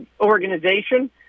organization